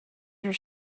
your